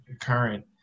current